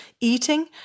eating